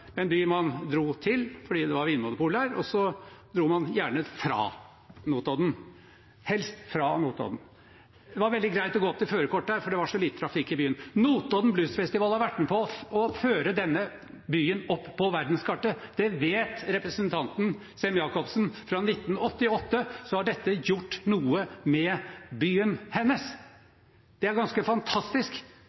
en by man dro til fordi det var vinmonopol der, og så dro man helst fra Notodden. Det var veldig greit å kjøre opp til førerkort der, for det var så lite trafikk i byen. Notodden Blues Festival har vært med på å føre denne byen opp på verdenskartet. Det vet representanten Sem-Jacobsen. Fra 1988 har dette gjort noe med byen hennes, og det er ganske fantastisk.